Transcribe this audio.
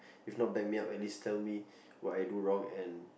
if not back me up at least tell me what I do wrong and